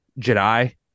Jedi